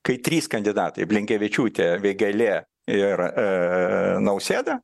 kai trys kandidatai blinkevičiūtė vėgėlė ir nausėda